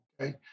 okay